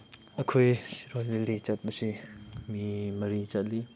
ꯑꯩꯈꯣꯏ ꯁꯤꯔꯣꯏ ꯂꯤꯂꯤ ꯆꯠꯄꯁꯤ ꯃꯤ ꯃꯔꯤ ꯆꯠꯂꯤ